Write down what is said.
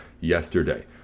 yesterday